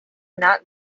not